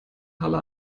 halle